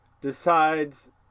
decides